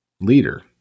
leader